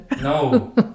No